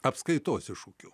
apskaitos iššūkių